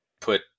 put